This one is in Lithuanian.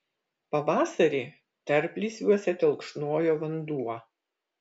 pavasarį tarplysviuose telkšnojo vanduo